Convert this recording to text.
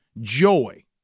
joy